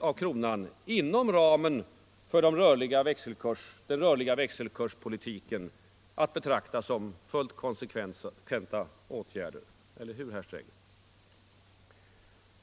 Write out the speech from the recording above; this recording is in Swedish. av kronan inom ramen för den rörliga växelkurspolitiken att betrakta som fullt konsekventa åtgärder — eller hur, herr Sträng?